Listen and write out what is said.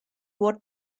what